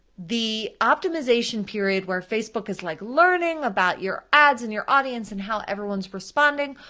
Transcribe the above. the optimization period where facebook is like learning about your ads and your audience and how everyone's responding.